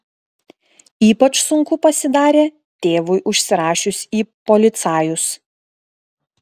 ypač sunku pasidarė tėvui užsirašius į policajus